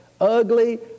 Ugly